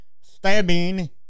stabbing